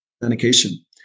authentication